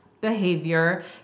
behavior